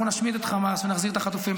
אנחנו נשמיד את חמאס ונחזיר את החטופים,